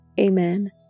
Amen